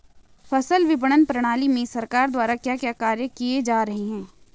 फसल विपणन प्रणाली में सरकार द्वारा क्या क्या कार्य किए जा रहे हैं?